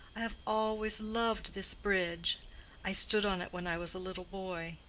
i have always loved this bridge i stood on it when i was a little boy.